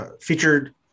featured